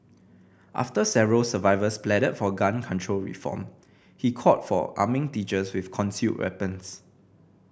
after several survivors pleaded for gun control reform he called for arming teachers with concealed weapons